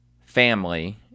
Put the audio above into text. family